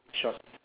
shorts